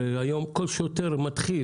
הרי היום כל שוטר מתחיל,